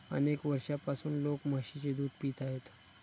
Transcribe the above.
अनेक वर्षांपासून लोक म्हशीचे दूध पित आहेत